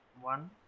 one